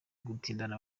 gutindana